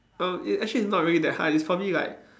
um it actually it's not really that high it's probably like